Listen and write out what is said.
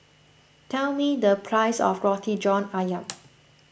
tell me the price of Roti John Ayam